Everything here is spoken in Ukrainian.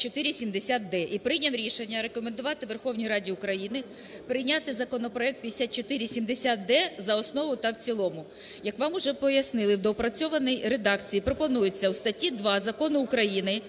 І прийняв рішення рекомендувати Верховній Раді прийняти законопроект 5470-д за основу та в цілому. Як вам уже пояснили, в доопрацьованій редакції пропонується у статті 2 Закону України